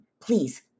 please